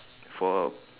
for